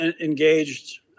engaged